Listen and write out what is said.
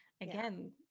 again